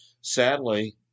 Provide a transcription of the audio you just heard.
Sadly